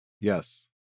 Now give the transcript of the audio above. Yes